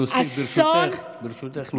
ברשותך,